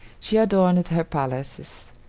she adorned her palaces,